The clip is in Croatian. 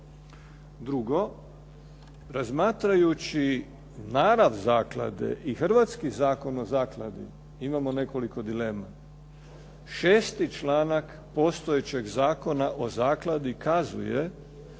Drugo, razmatrajući narav zaklade i Hrvatski zakon o zakladi imamo nekoliko dilema. 6. članak postojećeg zakona o zakladi kazuje,